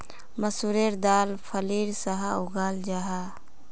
मसूरेर दाल फलीर सा उगाहल जाहा